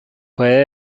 puede